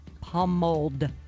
Pummeled